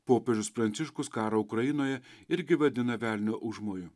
popiežius pranciškus karą ukrainoje irgi vadina velnio užmoju